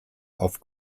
auf